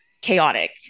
chaotic